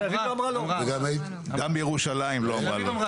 גם ירושלים לא אמרה לא.